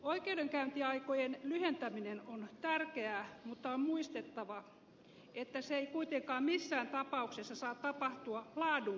oikeudenkäyntiaikojen lyhentäminen on tärkeää mutta on muistettava että se ei kuitenkaan missään tapauksessa saa tapahtua laadun kustannuksella